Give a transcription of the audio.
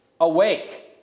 awake